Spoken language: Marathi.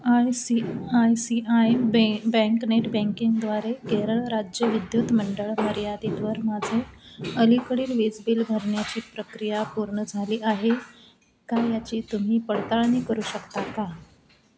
I C I C I बे बँक नेट बँकिंगद्वारे केरळ राज्य विद्युत मंडळ मर्यादितवर माझे अलीकडील वीज बिल भरण्याची प्रक्रिया पूर्ण झाली आहे का याची तुम्ही पडताळणी करू शकता का